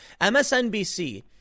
MSNBC